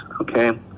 okay